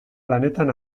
lanetan